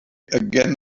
again